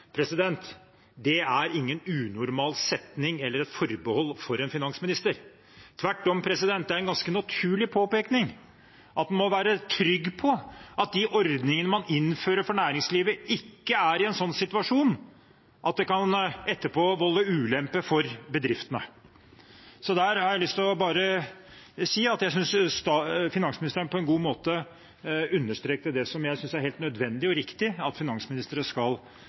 Det er ingen unormal setning eller et forbehold for en finansminister. Tvert om, det er en ganske naturlig påpekning av at en må være trygg på at de ordningene man innfører for næringslivet, ikke medfører en sånn situasjon at det etterpå kan volde ulemper for bedriftene. Der vil jeg bare si at jeg synes finansministeren på en god måte understreket det som jeg synes er helt nødvendig og riktig at finansministre skal